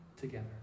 together